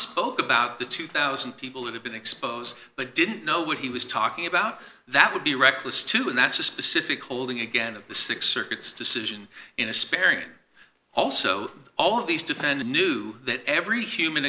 spoke about the two thousand people who have been exposed but didn't know what he was talking about that would be reckless too and that's a specific holding again of the six circuits decision in a sparing also all these defend a new that every human